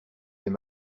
fais